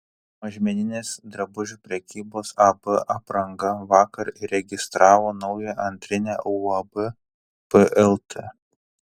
mažmeninės drabužių prekybos ab apranga vakar įregistravo naują antrinę uab plt